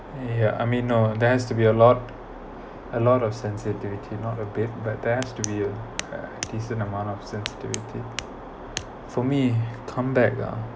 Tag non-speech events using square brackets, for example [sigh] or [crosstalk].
ya I mean no there has to be a lot a lot of sensitivity not a bit but there has to be a a decent amount of sensitivity for me [breath] come back ah